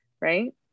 right